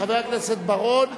חבר הכנסת בר-און,